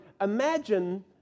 Imagine